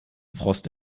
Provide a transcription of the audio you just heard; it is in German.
frost